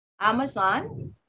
Amazon